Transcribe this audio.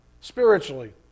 spiritually